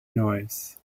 noise